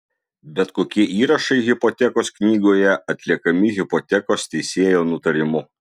bet kokie įrašai hipotekos knygoje atliekami hipotekos teisėjo nutarimu